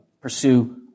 pursue